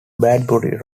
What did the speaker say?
bradbury